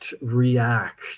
react